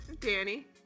Danny